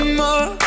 more